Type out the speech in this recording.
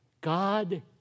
God